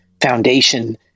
foundation